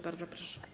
Bardzo proszę.